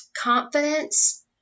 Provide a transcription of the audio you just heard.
confidence